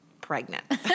pregnant